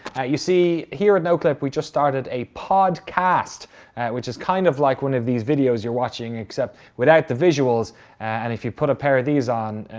you see, here at noclip, we just started a podcast which is kind of like one of these videos you're watching, except without the visuals and if you put a pair of these on,